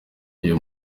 uyu